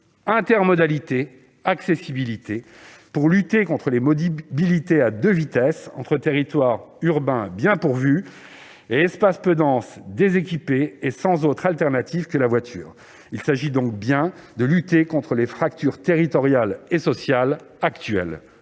proximité-intermodalité-accessibilité pour lutter contre les mobilités à deux vitesses entre territoires urbains bien pourvus et espaces peu denses déséquipés et sans autre solution que le recours à la voiture. Il s'agit donc bien de lutter contre les fractures territoriales et sociales actuelles.